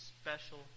special